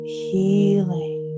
healing